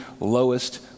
lowest